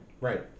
Right